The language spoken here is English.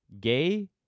gay